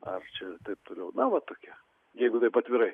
ar čia taip toliau na va tokie jeigu taip atvirai